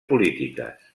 polítiques